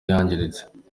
yangiritse